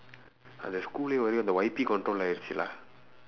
uh the schoolae வந்து அந்த:vandthu andtha Y P control ஆயிடுச்சு:aayiduchsu lah